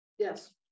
Yes